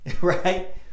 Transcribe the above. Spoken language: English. Right